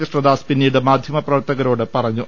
കൃഷ്ണദാസ് പിന്നീട് മാധ്യപ്രവർത്തകരോട് പറഞ്ഞു